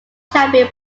champion